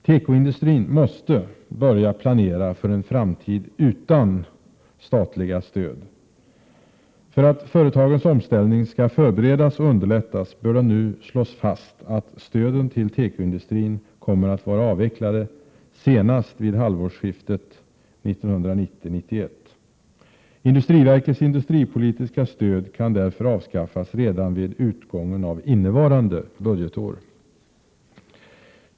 Tekoindustrin måste börja planera för en framtid utan statliga stöd. För att företagens omställning skall förberedas och underlättas bör det nu fastslås att stöden till tekoindustrin kommer att vara avvecklade senast vid halvårsskiftet 1990. SIND:s industripolitiska stöd kan därför avskaffas redan vid utgången av innevarande budgetår.